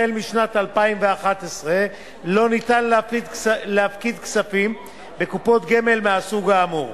ומשנת 2011 אין אפשרות להפקיד כספים בקופות גמל מהסוג האמור.